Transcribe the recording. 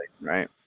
right